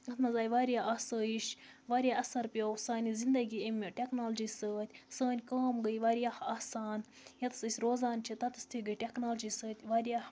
اَتھ منٛز آیہِ واریاہ آسٲیِش واریاہ اَثَر پیوٚو سانہِ زِندگی اَمہِ ٹؠکنالجی سۭتۍ سٲنۍ کٲم گٔے واریاہ آسان ییٚتہِ تھَس أسۍ روزان چھِ تَتہِ تھَس تہِ گٔے ٹؠکنالجی سۭتۍ واریاہ